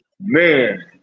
man